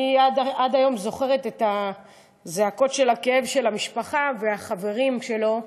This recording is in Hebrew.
עד היום אני זוכרת את זעקות הכאב של המשפחה והחברים שלו,